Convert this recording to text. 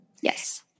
yes